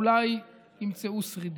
אולי ימצאו שרידים.